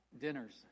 dinners